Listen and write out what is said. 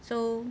so